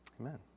Amen